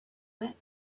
met